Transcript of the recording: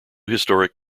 historic